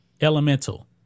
Elemental